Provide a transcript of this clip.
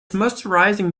moisturising